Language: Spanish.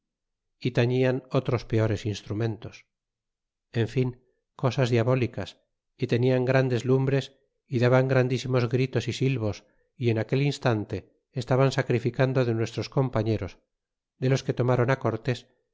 y tañian otros peorfs instrumentos en fin cosas diabólicas y tenian grandes lumbres y daban grandísimos gritos y silvos y en aquel instante estaban sacrificando de nuestros compañeros de los que tomron cortes